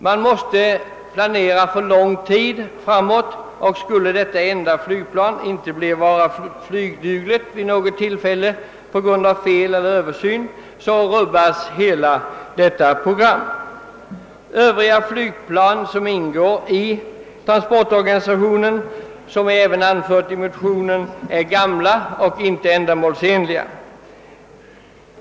Man måste planera för lång tid framåt, och om detta enda flygplan inte skulle vara flygdugligt vid något tillfälle på grund av fel eller översyn rubbas hela transportprogrammet. De övriga flygplan som ingår i transportorganisationen är, såsom även anförts i motionen, gamla och inte ändamålsenliga.